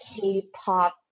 K-pop